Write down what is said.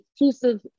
inclusive